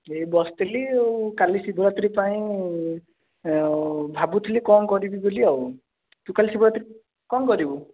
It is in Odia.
ଏଇ ବସିଥିଲି ଆଉ କାଲି ଶିବରାତ୍ରି ପାଇଁ ଭାବୁଥିଲି କ'ଣ କରିବି ବୋଲି ଆଉ ତୁ କାଲି ଶିବରାତ୍ରି କ'ଣ କରିବୁ